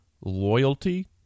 loyalty